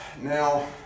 Now